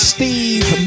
Steve